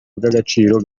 ubw’agaciro